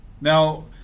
now